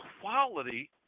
quality